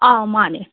ꯑꯥ ꯃꯥꯟꯅꯦ